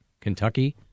kentucky